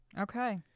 Okay